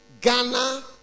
Ghana